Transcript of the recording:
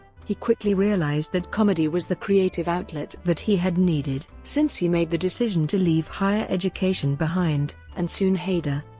he quickly realized that comedy was the creative outlet that he had needed since he made the decision to leave higher education behind, and soon hader,